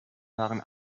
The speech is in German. waren